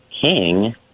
king